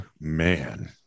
Man